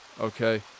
okay